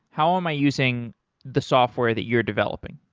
how am i using the software that you're developing?